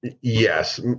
Yes